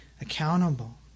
accountable